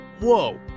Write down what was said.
Whoa